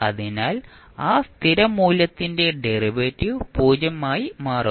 അതിനാൽ ആ സ്ഥിര മൂല്യത്തിന്റെ ഡെറിവേറ്റീവ് 0 ആയി മാറുന്നു